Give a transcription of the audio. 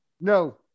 No